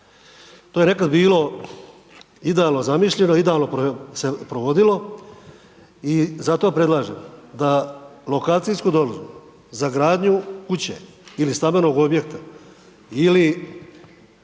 to je nekada bilo idealno zamišljeno, idealno se provodilo i zato predlažem da lokacijsku dozvolu za gradnju kuće ili stambenog objekta, ili